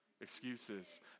excuses